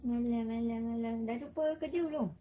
malas malas malas dah jumpa kerja belum